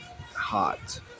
hot